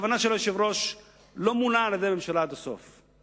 הכוונה של היושב-ראש לא מולאה על-ידי הממשלה עד הסוף,